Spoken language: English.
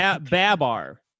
Babar